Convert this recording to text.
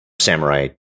samurai